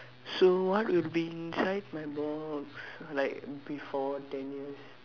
so what would be inside my box like before ten years